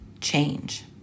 change